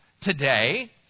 today